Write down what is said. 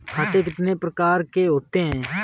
खाते कितने प्रकार के होते हैं?